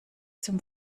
zum